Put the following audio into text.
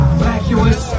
vacuous